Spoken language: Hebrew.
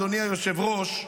אדוני היושב-ראש,